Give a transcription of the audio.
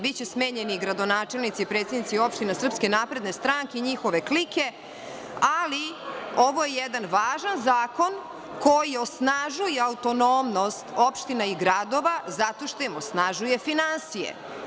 Biće smenjeni i gradonačelnici i predsednici opština SNS i njihove klike, ali ovo je jedan važan zakon koji osnažuje autonomnost opština i gradova zato što im osnažuje finansije.